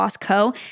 Co